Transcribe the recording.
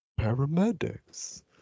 paramedics